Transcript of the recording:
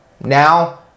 now